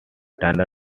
tunnel